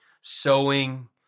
sowing